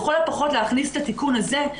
להכניס את התיקון הזה,